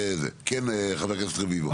בבקשה, חבר הכנסת רביבו.